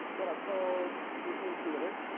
what i called museum theater,